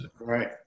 right